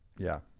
yeah,